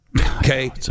okay